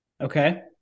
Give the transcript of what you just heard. okay